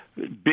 big